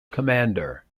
commander